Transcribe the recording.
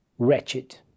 wretched